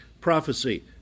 prophecy